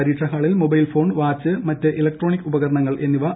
പരീക്ഷാ ഹാളിൽ mobile phone watch മറ്റ് ഇലക്ട്രോണിക് ഉപകരണങ്ങൾ അനുവദനീയമല്ല